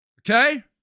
Okay